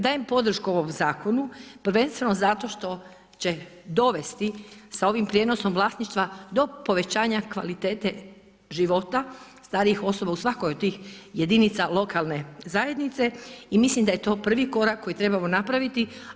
Dajem podršku ovom zakonu prvenstveno zato što će dovesti sa ovim prijenosom vlasništva do povećanja kvalitete života starijih osoba u svakoj od tih jedinica lokalne zajednice i mislim da je to prvi korak koji trebamo napraviti.